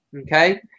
Okay